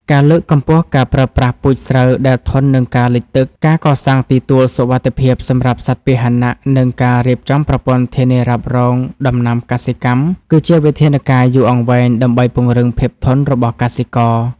ការលើកកម្ពស់ការប្រើប្រាស់ពូជស្រូវដែលធន់នឹងការលិចទឹក ការកសាងទីទួលសុវត្ថិភាពសម្រាប់សត្វពាហនៈ និងការរៀបចំប្រព័ន្ធធានារ៉ាប់រងដំណាំកសិកម្ម គឺជាវិធានការយូរអង្វែងដើម្បីពង្រឹងភាពធន់របស់កសិករ។